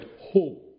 home